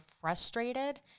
frustrated